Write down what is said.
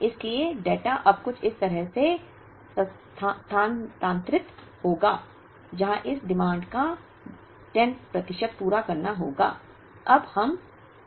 इसलिए डेटा अब कुछ इस तरह से स्थानांतरित होगा जहां इस मांग का 10 प्रतिशत पूरा करना होगा